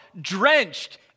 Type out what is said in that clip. drenched